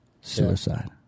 Suicide